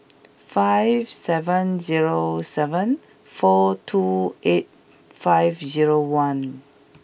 five seven zero seven four two eight five zero one